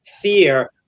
fear